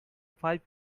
five